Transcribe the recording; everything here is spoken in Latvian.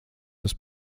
tas